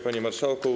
Panie Marszałku!